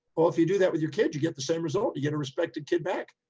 well if you do that with your kid, you get the same result. you get a respected kid back.